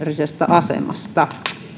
asemasta